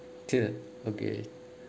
till okay